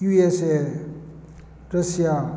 USA Russia